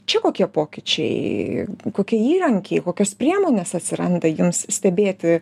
čia kokie pokyčiai kokie įrankiai kokios priemonės atsiranda jums stebėti